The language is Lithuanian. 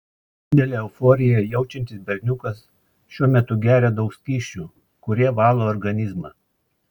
didelę euforiją jaučiantis berniukas šiuo metu geria daug skysčių kurie valo organizmą